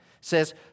says